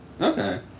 Okay